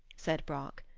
said brock.